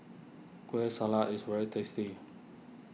Kueh Salat is very tasty